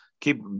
keep